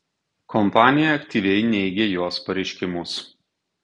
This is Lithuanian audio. kompanija aktyviai neigia jos pareiškimus